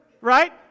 right